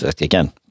again